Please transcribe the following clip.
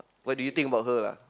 what do you think about her lah